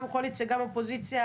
גם קואליציה וגם אופוזיציה,